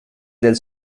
del